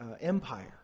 empire